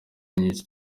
nyinshi